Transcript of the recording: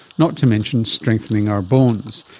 not to mention strengthening our bones.